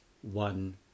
One